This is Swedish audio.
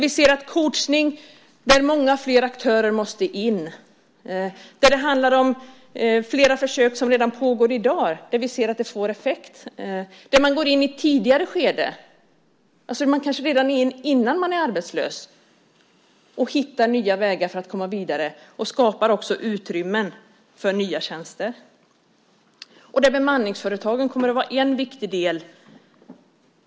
Vi ser att coachning och många flera aktörer måste in. Det handlar om flera försök - försök som pågår redan i dag och där vi ser att det här får effekt. Man går in i ett tidigare skede, kanske redan innan man blir arbetslös, och hittar nya vägar för att komma vidare. Det skapas också utrymme för nya tjänster. Bemanningsföretagen kommer där att vara en viktig del.